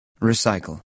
Recycle